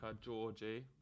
Georgie